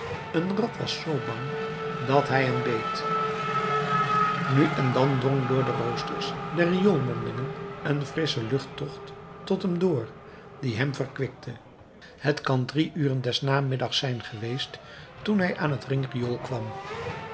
een rat was zoo bang dat zij hem beet nu en dan drong door de roosters der rioolmondingen een frissche luchttocht tot hem door die hem verkwikte het kan drie uren des namiddags zijn geweest toen hij aan het ringriool kwam